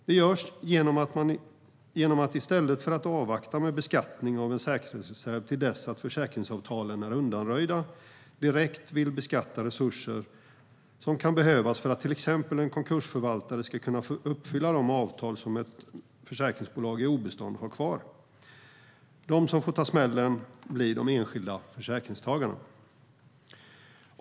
Det görs genom att man i stället för att avvakta med beskattning av en säkerhetsreserv till dess att försäkringsavtalen är undanröjda direkt vill beskatta resurser som kan behövas för att till exempel en konkursförvaltare ska kunna uppfylla de avtal som ett skadeförsäkringsbolag i obestånd har kvar. De som får ta smällen blir de enskilda försäkringstagarna.